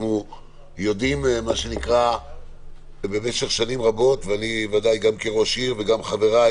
אנחנו יודעים במשך שנים רבות ואני ודאי גם כראש עיר וגם חבריי